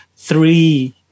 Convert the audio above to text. Three